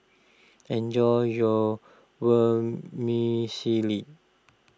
enjoy your Vermicelli